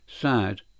sad